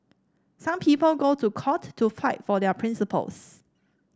some people go to court to fight for their principles